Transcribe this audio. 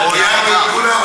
שהוא העולם הבא,